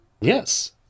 Yes